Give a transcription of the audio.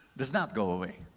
does not go away.